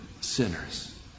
sinners